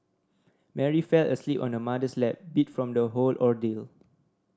Mary fell asleep on her mother's lap beat from the whole ordeal